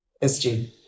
SG